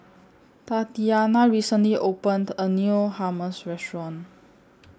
Tatianna recently opened A New Hummus Restaurant